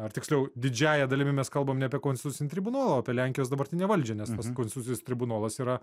ar tiksliau didžiąja dalimi mes kalbam apie konstitucinį tribunolą apie lenkijos dabartinę valdžią nes tas konstitucinis tribunolas yra